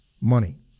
money